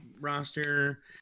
roster